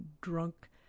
drunk